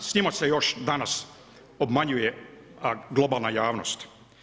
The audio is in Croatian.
S njima se još danas obmanjuje globalna javnosti.